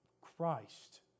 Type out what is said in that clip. Christ